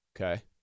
Okay